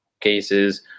cases